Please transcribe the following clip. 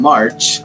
March